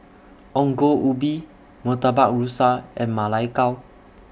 Ongol Ubi Murtabak Rusa and Ma Lai Gao